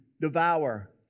devour